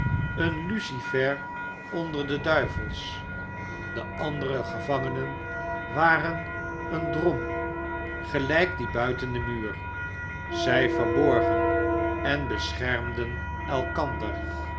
een lucifer onder de duivels de andere gevangenen waren een drom gelijk die buiten den muur zij verborgen en beschermden elkander